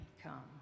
come